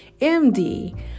MD